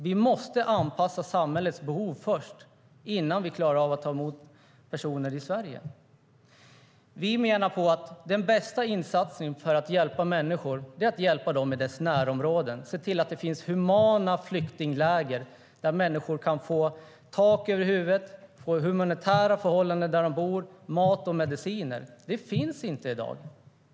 Vi måste anpassa samhällets behov först, innan vi klarar av att ta emot personer i Sverige.Den bästa insatsen för att hjälpa människor är att hjälpa dem i deras närområde, att se till att det finns humana flyktingläger där människor kan få tak över huvudet, kan leva under humanitära förhållanden, få mat och mediciner. Sådant finns inte i dag.